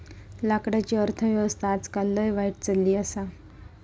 लाकडाची अर्थ व्यवस्था आजकाल लय वाईट चलली आसा